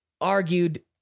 argued